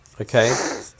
Okay